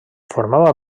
formava